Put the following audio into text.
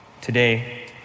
today